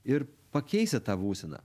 ir pakeisti tą būseną